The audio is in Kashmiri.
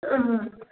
اۭں